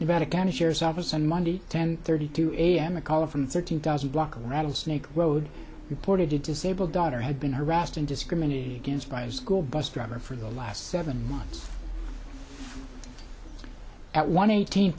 sheriff's office on monday ten thirty two a m a caller from thirteen thousand block of rattlesnake road reported to disabled daughter had been harassed in discriminated against by a school bus driver for the last seven months at one eighteen